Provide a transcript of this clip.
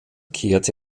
kehrte